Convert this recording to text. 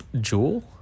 Jewel